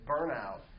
burnout